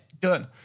Done